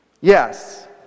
Yes